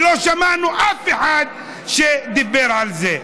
ולא שמענו אף אחד שדיבר על זה.